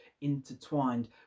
intertwined